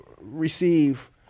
receive